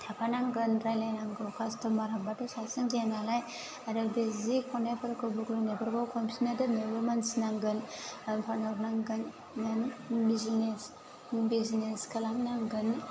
थाफानांगोन रायलायनांगौ कास्ट'मार हाब्बाथाय सासेजों जाया नालाय आरो बे जि खन्नायफोरखौ बुग्लुंनायफोरखौ खनफिन्ना दोन्नोबो मानसि नांगोन आरो फानहरनांगोन मेन बिजिनिस बिजिनिस खालामनांगोन